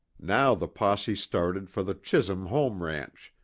now the posse started for the chisum home ranch,